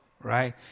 right